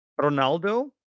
Ronaldo